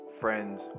friends